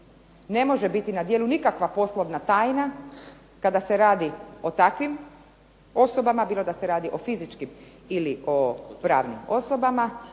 ne može biti na djelu nikakva poslovna tajna kada se radi o takvim osobama, bilo da se radi o fizičkim ili pravnim osobama,